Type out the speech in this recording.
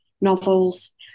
novels